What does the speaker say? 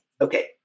Okay